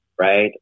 right